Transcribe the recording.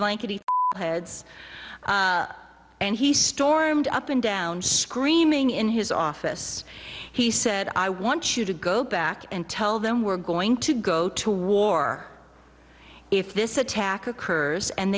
blank heads and he stormed up and down screaming in his office he said i want you to go back and tell them we're going to go to war if this attack occurs and